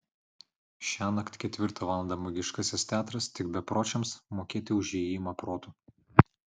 šiąnakt ketvirtą valandą magiškasis teatras tik bepročiams mokėti už įėjimą protu